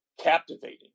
captivating